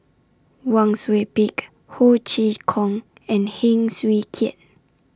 Wang Sui Pick Ho Chee Kong and Heng Swee Keat